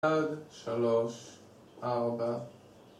1, 3, 4